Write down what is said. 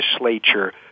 legislature